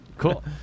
Cool